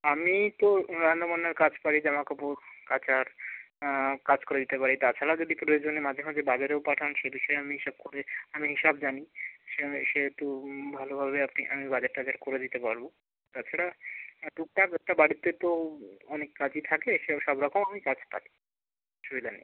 আমি তো রান্না বান্নার কাজ পারি জামাকাপড় কাচা কাজ করে দিতে পারি তা ছাড়াও যদি প্রয়োজনে মাঝে মাঝে বাজারেও পাঠান সে বিষয়ে আমি সব করে আমি সব জানি সে আমি সেহেতু ভালোভাবে আপনি আমি বাজার টাজার করে দিতে পারব তা ছাড়া টুকটাক একটা বাড়িতে তো অনেক কাজই থাকে সেও সবরকম আমি কাজ পারি অসুবিধা নেই